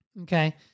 Okay